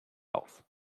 auf